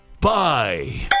Bye